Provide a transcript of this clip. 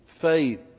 faith